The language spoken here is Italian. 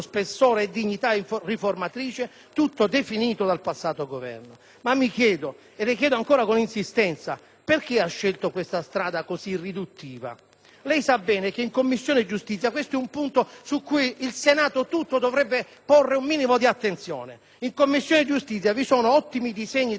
Mi chiedo, e le chiedo ancora con insistenza, perché ha scelto questa strada così riduttiva? Lei sa bene che in Commissione giustizia questo è un punto su cui il Senato tutto dovrebbe porre un minimo di attenzione. In Commissione giustizia vi sono ottimi disegni di legge che, se varati, nello spazio di pochi anni darebbero al